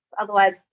Otherwise